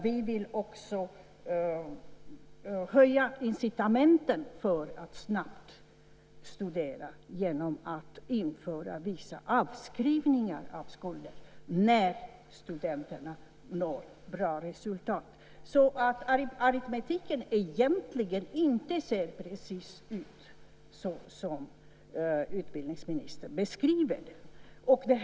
Vi vill också höja incitamenten för studenterna att studera snabbt genom att införa vissa avskrivningar av skulder när studenterna når bra resultat. Så aritmetiken ser inte ut precis som utbildningsministern beskriver den.